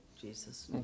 Jesus